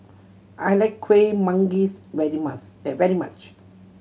I like Kuih Manggis very very much